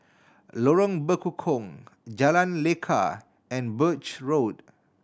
Lorong Bekukong Jalan Lekar and Birch Road